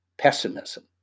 pessimism